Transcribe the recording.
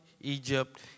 Egypt